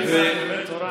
באמצע דברי תורה?